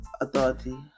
authority